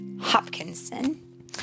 Hopkinson